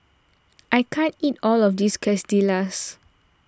I can't eat all of this Quesadillas